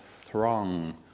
throng